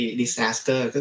disaster